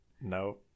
no